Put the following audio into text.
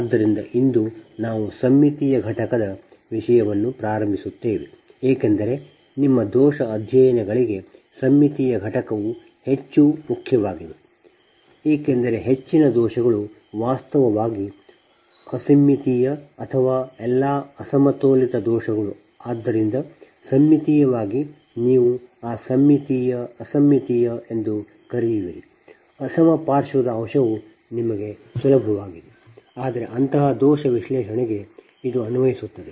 ಆದ್ದರಿಂದ ಇಂದು ನಾವು ಸಮ್ಮಿತೀಯ ಘಟಕದ ವಿಷಯವನ್ನು ಪ್ರಾರಂಭಿಸುತ್ತೇವೆ ಏಕೆಂದರೆ ನಿಮ್ಮ ದೋಷ ಅಧ್ಯಯನಗಳಿಗೆ ಸಮ್ಮಿತೀಯ ಘಟಕವು ಹೆಚ್ಚು ಮುಖ್ಯವಾಗಿದೆ ಏಕೆಂದರೆ ಹೆಚ್ಚಿನ ದೋಷಗಳು ವಾಸ್ತವವಾಗಿ ಅಸಮ್ಮಿತೀಯ ಅಥವಾ ಎಲ್ಲಾ ಅಸಮತೋಲಿತ ರೀತಿಯ ದೋಷಗಳು ಆದ್ದರಿಂದ ಸಮ್ಮಿತೀಯವಾಗಿ ನೀವು ಆ ಸಮ್ಮಿತೀಯ ಅಸಮ್ಮಿತೀಯ ಎಂದು ಕರೆಯುವಿರಿ ಅಸಮಪಾರ್ಶ್ವದ ಅಂಶವು ನಿಮ್ಮ ಸುಲಭವಾಗಿದೆ ಅಂದರೆ ಅಂತಹ ದೋಷ ವಿಶ್ಲೇಷಣೆಗೆ ಇದು ಅನ್ವಯಿಸುತ್ತದೆ